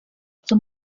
zum